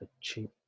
cheap